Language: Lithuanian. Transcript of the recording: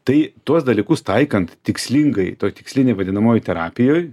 tai tuos dalykus taikant tikslingai toj tikslinėj vadinamoj terapijoj